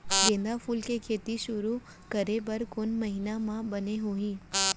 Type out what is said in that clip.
गेंदा फूल के खेती शुरू करे बर कौन महीना मा बने होही?